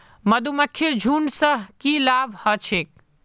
मधुमक्खीर झुंड स की लाभ ह छेक